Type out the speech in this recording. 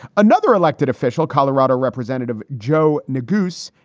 another elected official, colorado representative joe magoo's,